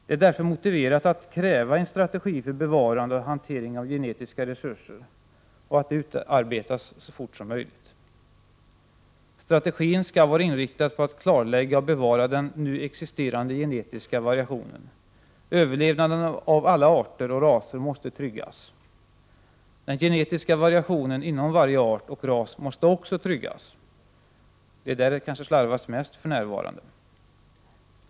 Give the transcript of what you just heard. Det är därför motiverat att kräva att en strategi för bevarande och hantering av genetiska resurser utarbetas så fort som möjligt. Strategin skall vara inriktad på att klarlägga och bevara den nu existerande genetiska variationen. Överlevnaden av alla arter och raser måste tryggas. Också den genetiska variationen inom varje art och ras måste tryggas. Det är där det kanske slarvas mest för närvarande.